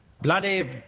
bloody